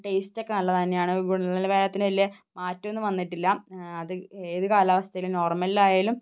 ടേസ്റ്റൊക്കെ നല്ലതു തന്നെയാണ് ഗുണനിലവാരത്തിന് വലിയ മാറ്റമൊന്നും വന്നിട്ടില്ല അത് ഏത് കാലാവസ്ഥയിലും നോർമലിലായാലും